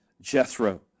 Jethro